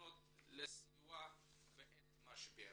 לפנות לסיוע בעת משבר.